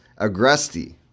Agresti